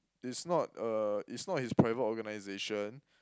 it's not uh it's not his private organisation